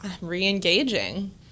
re-engaging